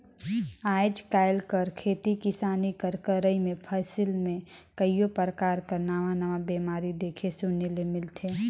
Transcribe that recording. आएज काएल कर खेती किसानी कर करई में फसिल में कइयो परकार कर नावा नावा बेमारी देखे सुने ले मिलथे